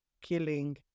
killing